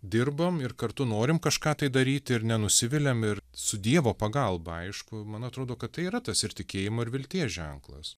dirbam ir kartu norim kažką tai daryti ir nenusiviliam ir su dievo pagalba aišku man atrodo kad tai yra tas ir tikėjimo ir vilties ženklas